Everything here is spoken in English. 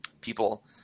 people